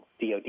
DOD